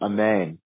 Amen